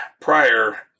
prior